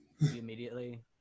immediately